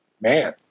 man